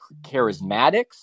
charismatics